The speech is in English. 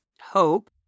hope